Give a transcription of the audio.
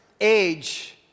age